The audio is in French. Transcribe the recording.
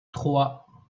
trois